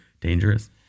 dangerous